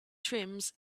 trims